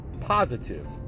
positive